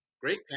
Great